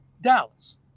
Dallas